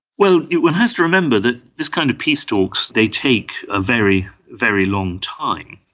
well, one has to remember that these kind of peace talks, they take a very, very long time.